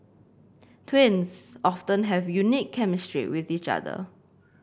twins often have a unique chemistry with each other